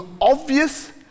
obvious